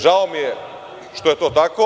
Žao mi je što je to tako.